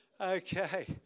Okay